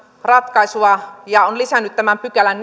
ratkaisua ja on lisännyt tämän neljännenkymmenennenkolmannen pykälän